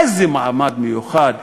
איזה מעמד מיוחד?